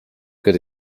good